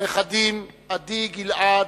הנכדים עדי, גלעד,